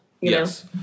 Yes